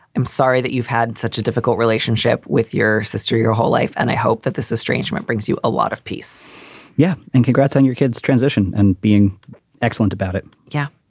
i'm sorry that you've had such a difficult relationship with your sister your whole life. and i hope that this estrangement brings you a lot of peace yeah. and congrats on your kid's transition and being excellent about it yeah,